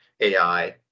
AI